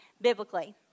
biblically